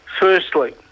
Firstly